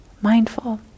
mindful